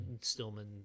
Stillman